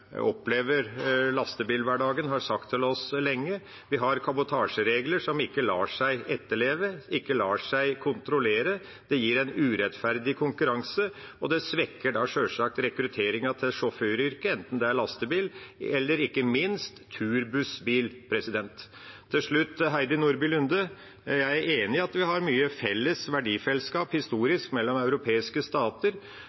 opplever lastebilhverdagen, har sagt til oss lenge. Vi har kabotasjeregler som ikke lar seg etterleve, ikke lar seg kontrollere. Det gir en urettferdig konkurranse, og det svekker sjølsagt rekrutteringen til sjåføryrket, enten det er lastebil eller – ikke minst – turbuss/-bil. Til slutt til Heidi Nordby Lunde: Jeg er enig i at vi har mye verdifellesskap